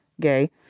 gay